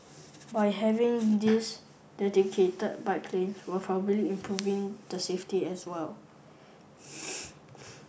by having these dedicated bike lanes we're probably improving the safety as well